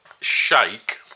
shake